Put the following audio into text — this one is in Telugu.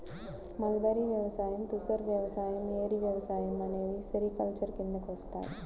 మల్బరీ వ్యవసాయం, తుసర్ వ్యవసాయం, ఏరి వ్యవసాయం అనేవి సెరికల్చర్ కిందికి వస్తాయి